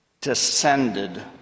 descended